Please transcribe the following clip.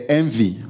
envy